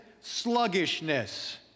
sluggishness